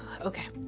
Okay